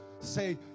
Say